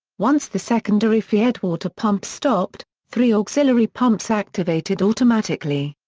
once the secondary feedwater pumps stopped, three auxiliary pumps activated automatically.